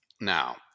now